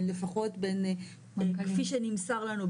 כפי שנמסר לנו,